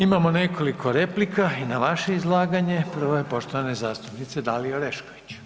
Imamo nekoliko replika i na vaše izlaganje, prva je poštovane zastupnice Dalije Orešković.